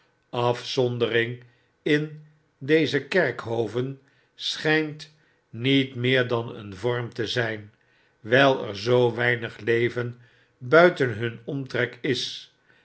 afzondering in deze kerkhoven schynt niet meer dan een vorm te zyn wyler zoo weinigleven buiten hun omtrek is